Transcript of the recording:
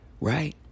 Right